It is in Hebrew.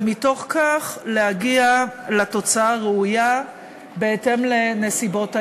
ומתוך זה להגיע לתוצאה הראויה בהתאם לנסיבות העניין.